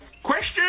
Question